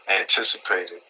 anticipated